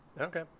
okay